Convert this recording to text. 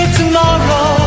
tomorrow